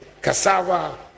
cassava